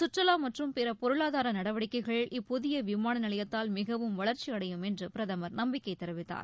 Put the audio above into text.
சுற்றுலா மற்றும் பிற பொருளாதார நடவடிக்கைகள் இப்புதிய விமான நிலையத்தால் மிகவும் வளர்ச்சியடையும் என்று பிரதமர் நம்பிக்கை தெரிவித்தார்